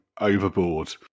overboard